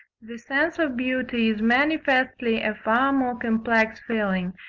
the sense of beauty is manifestly a far more complex feeling,